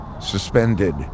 suspended